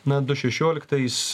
na du šešioliktais